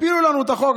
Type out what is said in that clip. הפילו לנו את החוק.